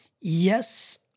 Yes